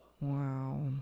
Wow